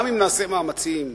גם אם נעשה מאמצים,